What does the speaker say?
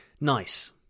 Nice